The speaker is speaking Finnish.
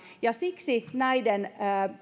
ja siksi näiden